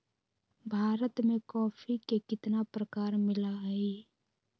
भारत में कॉफी के कितना प्रकार मिला हई?